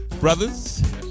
Brothers